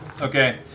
Okay